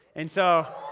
and so,